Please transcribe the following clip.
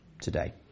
today